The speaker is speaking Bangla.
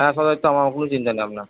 হ্যাঁ সব দায়িত্ব আমার কোনো চিন্তা নেই আপনার